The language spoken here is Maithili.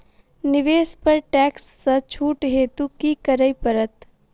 निवेश पर टैक्स सँ छुट हेतु की करै पड़त?